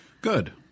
Good